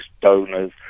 donors